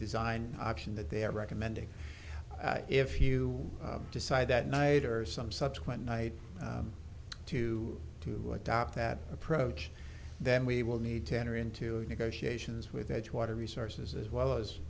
design option that they are recommending if you decide that night or some subsequent night to to adopt that approach then we will need to enter into negotiations with edgewater resources as well as